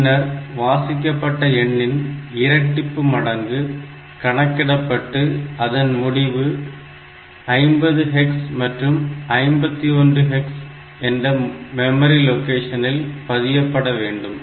பின்னர் வாசிக்கப்பட்ட எண்ணின் இரட்டிப்பு மடங்கு கணக்கிடப்பட்டு அதன் முடிவு 50hex மற்றும் 51hex என்ற மெமரி லொகேஷனில் பதியப்பட வேண்டும்